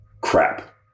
crap